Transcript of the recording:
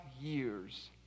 years